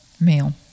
Male